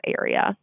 area